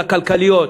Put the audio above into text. הכלכליות,